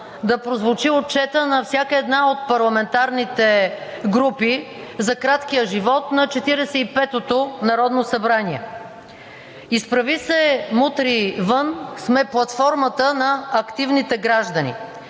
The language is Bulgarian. да прозвучи отчетът на всяка една от парламентарните групи за краткия живот на 45-ото народно събрание. „Изправи се! Мутри вън!“ сме платформата на активните граждани.